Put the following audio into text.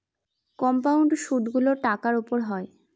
compound সুদগুলো টাকার উপর হয়